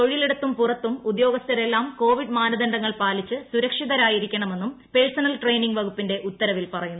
തൊഴിലിടത്തും പുറത്തും ഉദ്യോഗസ്ഥരെല്ലാം കോവിഡ് മാനദണ്ഡങ്ങൾ പാലിച്ച് സുരക്ഷിതരായിരിക്കണമെന്നും പേഴ്സണൽ ട്രെയിനിങ് വകുപ്പിന്റെ ഉത്തരവിൽ പറയുന്നു